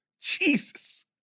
Jesus